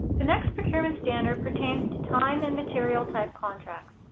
the next procurement standard pertains to time and material type contracts.